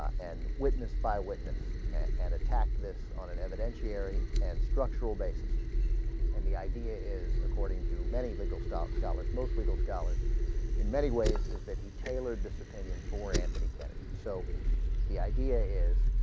and witness by witness an attack this on an evidentiary and structural base and the idea is according to many legal stock scholars most legal scholars in many ways is that he tailored this opinion for anthony kennedy so the idea is